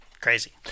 Crazy